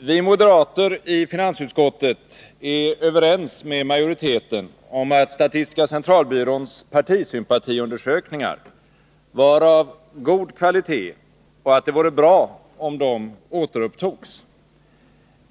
Vi moderater i finansutskottet är överens med majoriteten om att statistiska centralbyråns partisympatiundersökningar var av god kvalitet och att det vore bra om de återupptogs.